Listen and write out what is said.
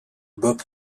bob